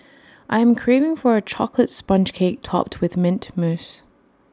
I am craving for A Chocolate Sponge Cake Topped with Mint Mousse